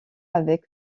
avec